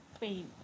pain